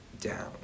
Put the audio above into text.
down